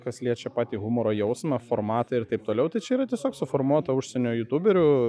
kas liečia patį humoro jausmą formatą ir taip toliau tai čia yra tiesiog suformuota užsienio jutūberių